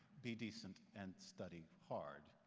be decent, and study hard.